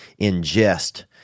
ingest